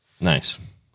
Nice